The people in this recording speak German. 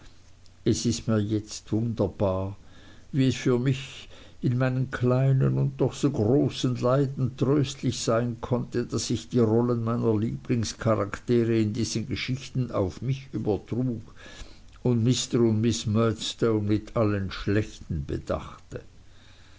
es ist mir jetzt wunderbar wie es für mich in meinen kleinen und doch so großen leiden tröstlich sein konnte daß ich die rollen meiner lieblingscharaktere in diesen geschichten auf mich übertrug und mr und miß murdstone mit allen schlechten bedachte